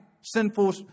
sinful